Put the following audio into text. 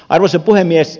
arvoisa puhemies